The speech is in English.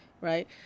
right